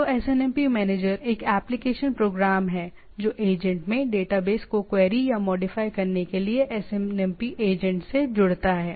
तो SNMP manager एक application program है जो एजेंट में डेटाबेस को क्वेरी या मॉडिफाई करने के लिए SNMP एजेंट से जुड़ता है